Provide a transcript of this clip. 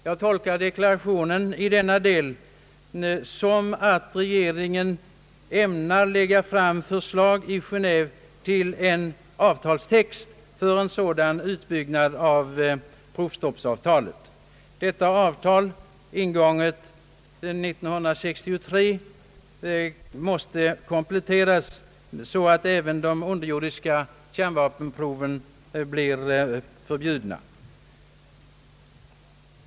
Jag tolkar deklarationen i denna del så att regeringen ämnar lägga fram förslag i Genéve till en avtalstext för en sådan utbyggnad av provstoppsavtalet. Detta avtal, ingånget 1963, måste kompletteras så att även de underjordiska kärnvapenproven blir förbjudna.